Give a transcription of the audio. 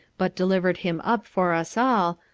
but delivered him up for us all,